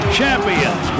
champions